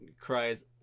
cries